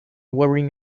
wearing